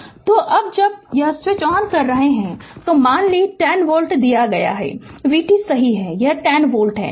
Refer Slide Time 1911 तो अब जब यह स्विच ऑन कर रहा है तो मान 10 वोल्ट दिया गया है v t सही है यह 10 वोल्ट है